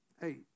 hey